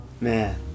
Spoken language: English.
man